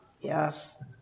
Yes